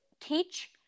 teach